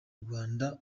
rwanda